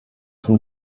von